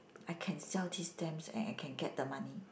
I can sell these stamps and I can get the money